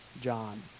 John